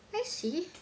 I see